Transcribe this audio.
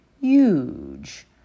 Huge